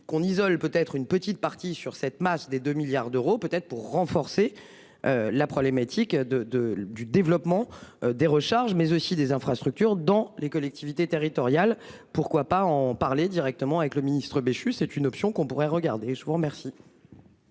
qu'on isole, peut-être une petite partie sur cette masse des 2 milliards d'euros, peut-être pour renforcer. La problématique de de du développement des recharges mais aussi des infrastructures dans les collectivités territoriales. Pourquoi pas en parler directement avec le ministre Béchu. C'est une option qu'on pourrait regarder je vous remercie.